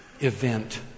event